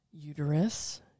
Uterus